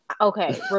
Okay